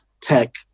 tech